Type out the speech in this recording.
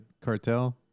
cartel